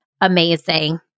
amazing